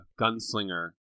gunslinger